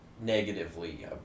negatively